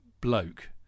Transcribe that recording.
bloke